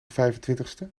vijfentwintigste